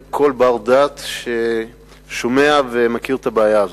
כל בר-דעת ששומע ומכיר את הבעיה הזאת.